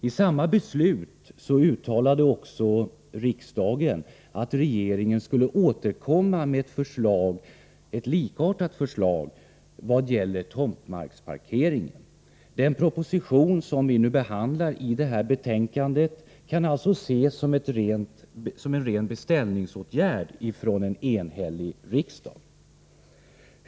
I sammma beslut uttalade riksdagen att regeringen skulle återkomma med ett likartat förslag vad gäller tomtmarksparkeringen. Den proposition som behandlas i förevarande betänkande kan alltså ses som en ren beställning från en enhällig riksdag.